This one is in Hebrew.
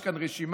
יש כאן רשימה,